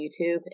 YouTube